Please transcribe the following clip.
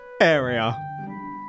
area